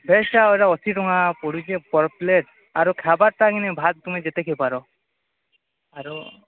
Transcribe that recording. ଭେଜ୍ଟା ୟାର ଅଶୀ ଟଙ୍କା ପଡ଼ୁଛି ପର୍ ପ୍ଲେଟ୍ ୟାର୍ ଖାବାଟା ଇନ୍ ଭାତ୍ ତୁମେ ଯେତେ ଖାଇପାର ଆରୁ